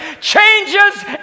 changes